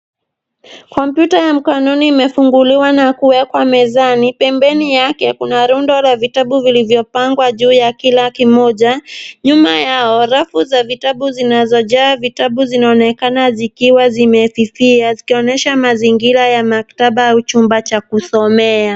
Kompyuta ya mkononi imefunguliwa na kuwekwa mezani. Pembeni yake kuna rundo la vitabu vilivyopangwa juu ya kila kimoja. Nyuma yao, rafu za vitabu zinazojaa vitabu, zinaonekana zikiwa zimefifia, zikionyesha mazingira ya maktaba au chumba cha kusomea.